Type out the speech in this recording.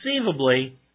conceivably